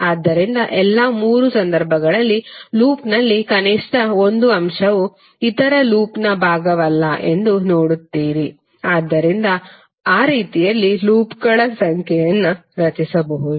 ಆದ್ದರಿಂದ ಎಲ್ಲಾ ಮೂರು ಸಂದರ್ಭಗಳಲ್ಲಿ ಲೂಪ್ನಲ್ಲಿ ಕನಿಷ್ಠ ಒಂದು ಅಂಶವು ಇತರ ಲೂಪ್ನ ಭಾಗವಲ್ಲ ಎಂದು ನೋಡುತ್ತೀರಿ ಆದ್ದರಿಂದ ಆ ರೀತಿಯಲ್ಲಿ ಲೂಪ್ಗಳ ಸಂಖ್ಯೆಯನ್ನು ರಚಿಸಬಹುದು